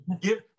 give